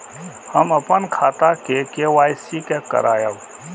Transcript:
हम अपन खाता के के.वाई.सी के करायब?